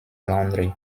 laundry